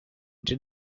did